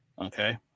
Okay